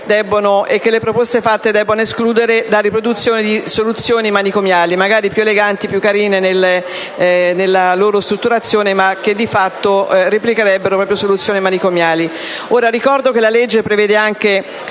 e che le proposte fatte debbano escludere la riproduzione di soluzioni manicomiali, magari più eleganti nella loro strutturazione, ma che di fatto replicherebbero i manicomi.